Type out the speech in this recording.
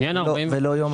עניין ה-45 ימים לא רלוונטי?